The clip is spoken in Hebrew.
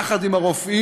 יחד עם הרופאים,